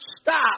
stop